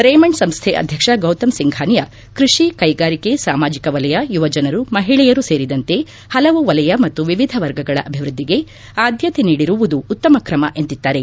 Raymond ಸಂಸ್ಥೆ ಅಧ್ಯಕ್ಷ ಗೌತಮ್ ಸಿಂಘಾನಿಯಾ ಕೃಷಿ ಕೈಗಾರಿಕೆ ಸಾಮಾಜಿಕ ವಲಯ ಯುವಜನರು ಮಹಿಳೆಯರು ಸೇರಿದಂತೆ ಹಲವು ವಲಯ ಮತ್ತು ವಿವಿಧ ವರ್ಗಗಳ ಅಭಿವೃದ್ದಿಗೆ ಆದ್ದತೆ ನೀಡಿರುವುದು ಉತ್ತಮ ತ್ರಮ ಎಂದಿದ್ದಾರೆ